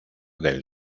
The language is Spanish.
del